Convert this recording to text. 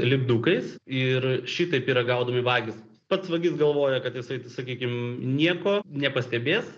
lipdukais ir šitaip yra gaudomi vagys pats vagis galvoja kad jisai sakykim nieko nepastebės